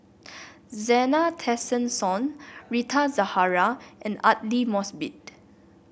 Zena Tessensohn Rita Zahara and Aidli Mosbit